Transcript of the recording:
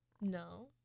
No